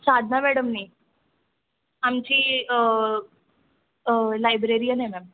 साधना मॅडमने आमची लायब्ररीयन आहे मॅम